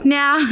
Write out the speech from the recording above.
now